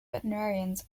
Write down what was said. veterinarians